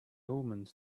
omens